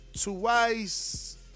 twice